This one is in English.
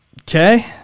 Okay